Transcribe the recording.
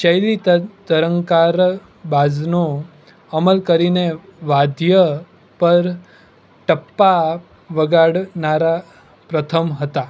શૈલી ત તરંકાર બાઝનો અમલ કરીને વાદ્ય પર ટપ્પા વગાડનાર પ્રથમ હતા